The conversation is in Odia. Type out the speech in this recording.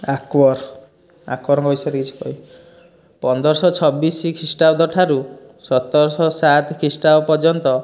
ଆକବର ଆକବରଙ୍କ ବିଷୟରେ କିଛି କହିବି ପନ୍ଦରଶହ ଛବିଶ ଖ୍ରୀଷ୍ଟାବ୍ଦ ଠାରୁ ସତରଶହ ସାତ ଖ୍ରୀଷ୍ଟାବ୍ଦ ପର୍ଯ୍ୟନ୍ତ